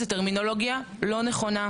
זו טרמינולוגיה לא נכונה.